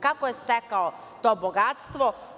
Kako je stekao to bogatstvo?